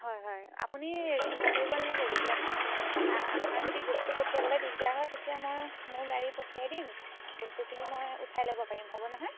হয় হয় আপুনি চিন্তা কৰিব নালাগে যদি আপোনাক আপোনাৰ যদি বস্তু পঠিয়াবলৈ দিগদাৰ হয় তেতিয়া মই মোৰ গাড়ী পঠিয়াই দিম বস্তুখিনি মই উঠাই ল'ব পাৰিম হ'ব নহয়